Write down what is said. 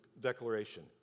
declaration